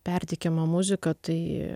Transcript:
perteikiamą muziką tai